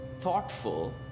thoughtful